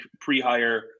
pre-hire